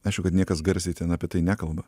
aišku kad niekas garsiai ten apie tai nekalba